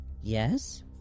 Yes